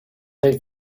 night